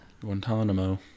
Guantanamo